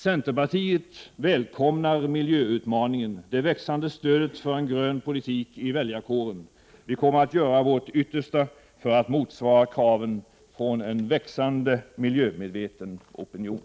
Centerpartiet välkomnar miljöutmaningen, det växande stödet för en grön politik i väljarkåren. Vi kommer att göra vårt yttersta för att motsvara kraven från en växande miljömedveten opinion.